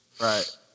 Right